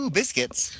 biscuits